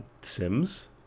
sims